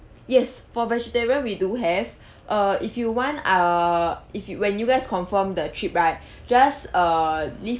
yes for vegetarian we do have err if you want err if you when you guys confirm the trip right just err leave